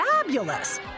fabulous